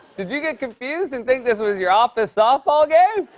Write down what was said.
did you get confused and think this was your office softball game?